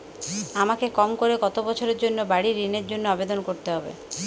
আমাকে কম করে কতো বছরের জন্য বাড়ীর ঋণের জন্য আবেদন করতে হবে?